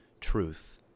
truth